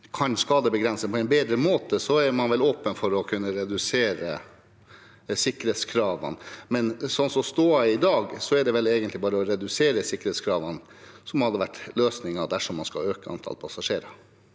kan skadebegrense på en bedre måte, er man vel åpen for å kunne redusere sikkerhetskravene. Men slik stoda er i dag, er det vel bare det å redusere sikkerhetskravene, noe som hadde vært løsningen dersom man skulle øke antallet passasjerer.